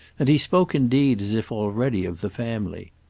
and he spoke indeed as if already of the family.